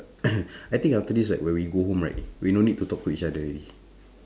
I think after this right when we go home right we no need to talk to each other already